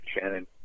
Shannon